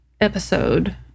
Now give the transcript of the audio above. episode